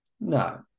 No